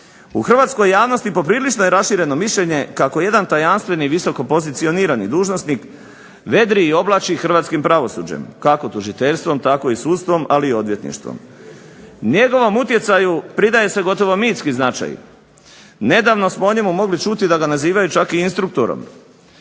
U hrvatskoj javnosti poprilično je rašireno mišljenje kako jedan tajanstveni visoko pozicionirani dužnosnik vedri i oblači hrvatskim pravosuđem kako tužiteljstvom tako i sudstvom, ali i odvjetništvom. Njegovom utjecaju pridaje se gotovo mitski značaj. Nedavno smo o njemu mogli čuti da ga nazivaju čak i instruktorom.